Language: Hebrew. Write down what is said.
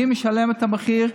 מי משלם את המחיר?